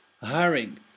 hiring